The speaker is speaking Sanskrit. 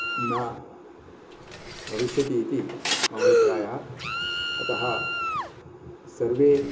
न भविष्यति इति मम अभिप्रायः अतः सर्वे